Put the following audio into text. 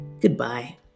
goodbye